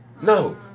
No